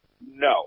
No